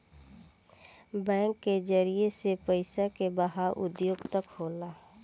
bank के जरिए से पइसा के बहाव उद्योग तक होला